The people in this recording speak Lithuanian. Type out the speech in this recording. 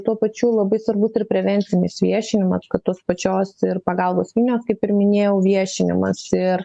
tuo pačiu labai svarbus ir prevencinis viešinimas kad tos pačios ir pagalbos linijos kaip ir minėjau viešinimas ir